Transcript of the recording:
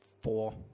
Four